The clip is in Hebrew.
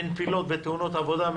בנפילות בתאונות עבודה,